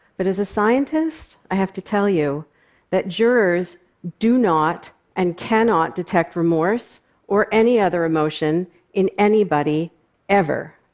but as a scientist, i have to tell you that jurors do not and cannot detect remorse or any other emotion in anybody ever.